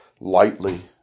lightly